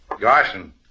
Garson